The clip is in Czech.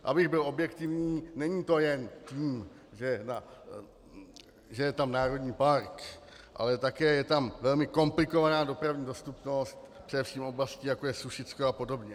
Abych byl objektivní, není to jen tím, že je tam národní park, ale také je tam velmi komplikovaná dopravní dostupnost především v oblasti, jako je Sušicko apod.